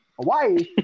Hawaii